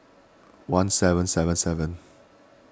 one seven seven seven